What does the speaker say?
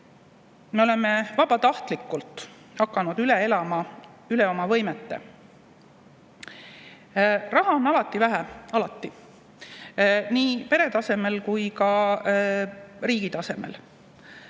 Me oleme vabatahtlikult hakanud elama üle oma võimete. Raha on alati vähe – alati, nii pere tasandil kui ka riigi tasandil.